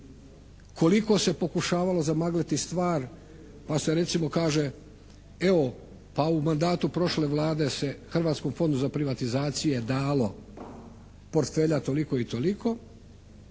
koliko se pokušavalo zamagliti stvar pa se recimo kaže, evo pa u mandatu prošle Vlade se Hrvatskom fondu za privatizacije dalo portfelja toliko i toliko.